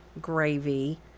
gravy